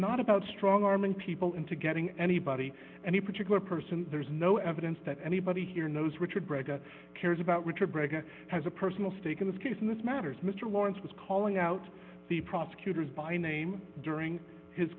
not about strong arming people into getting anybody any particular person there is no evidence that anybody here knows richard bragg or cares about richard bragg or has a personal stake in this case in this matters mr lawrence was calling out the prosecutors by name during his